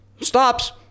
stops